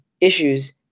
issues